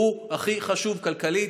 הוא הכי חשוב כלכלית,